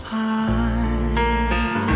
time